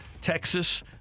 Texas